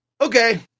Okay